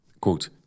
quote